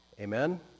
Amen